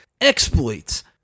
exploits